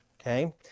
Okay